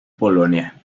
polonia